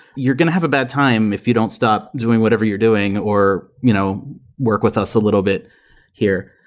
you're going to have a bad time if you don't stop doing whatever you're doing or you know work with us a little bit here.